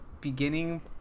beginning